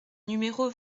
numéro